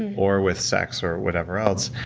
or with sex, or whatever else,